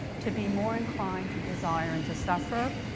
to be more inclined to desire and to suffer.